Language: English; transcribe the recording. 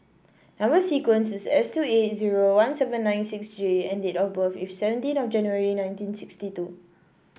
number sequence is S two eight zero one seven nine six J and date of birth is seventeen of January nineteen sixty two